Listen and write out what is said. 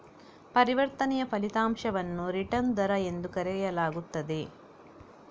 ಪರಿವರ್ತನೆಯ ಫಲಿತಾಂಶವನ್ನು ರಿಟರ್ನ್ ದರ ಎಂದು ಕರೆಯಲಾಗುತ್ತದೆ